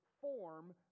form